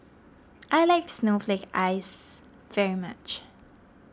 I like Snowflake Ice very much